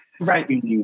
right